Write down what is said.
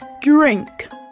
Drink